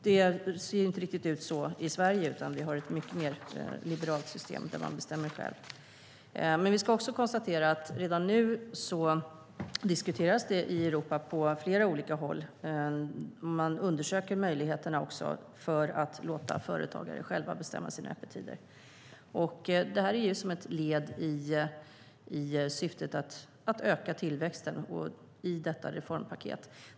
Det ser inte riktigt ut så i Sverige, utan vi har ett mycket mer liberalt system där man bestämmer själv. Vi ska dock konstatera att detta redan nu diskuteras på flera olika håll i Europa. Man undersöker också möjligheterna att låta företagare själva bestämma sina öppettider. Detta är ett led i syftet att öka tillväxten i detta reformpaket.